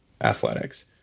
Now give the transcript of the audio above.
athletics